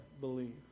believe